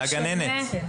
לגננת.